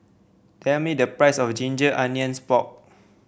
tell me the price of Ginger Onions Pork